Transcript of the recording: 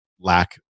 lack